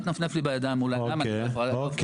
אל תנפנף לי בידיים מול העיניים --- אוקיי.